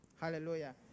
Hallelujah